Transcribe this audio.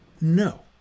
no